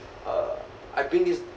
uh I bring this